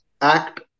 act